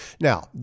Now